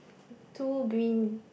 two green